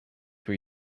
were